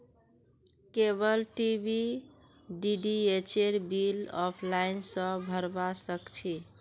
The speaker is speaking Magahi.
केबल टी.वी डीटीएचेर बिल ऑफलाइन स भरवा सक छी